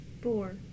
Four